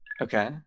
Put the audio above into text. Okay